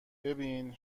ببین